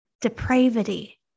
depravity